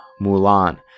Mulan